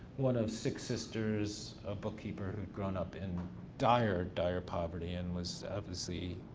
one of six sisters, a bookkeeper who'd grown up in dire, dire poverty and was obviously,